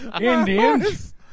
Indians